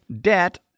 debt